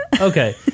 Okay